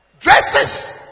Dresses